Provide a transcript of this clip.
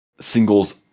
singles